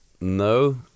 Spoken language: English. No